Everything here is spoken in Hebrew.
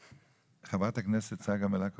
חברת הכנסת צגה מלקו,